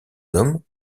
hommes